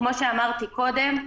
כמו שאמרתי קודם,